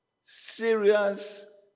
Serious